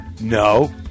No